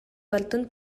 барытын